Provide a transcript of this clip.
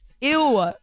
ew